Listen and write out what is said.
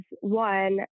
one